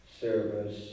service